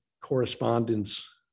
correspondence